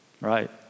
Right